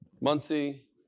Muncie